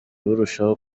burushaho